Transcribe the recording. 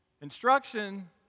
Instruction